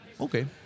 okay